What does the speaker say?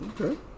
Okay